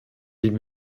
dem